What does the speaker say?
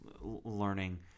learning